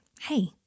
Hey